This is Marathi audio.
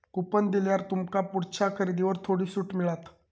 कुपन दिल्यार तुमका पुढच्या खरेदीवर थोडी सूट मिळात